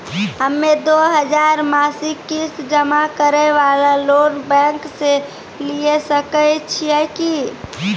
हम्मय दो हजार मासिक किस्त जमा करे वाला लोन बैंक से लिये सकय छियै की?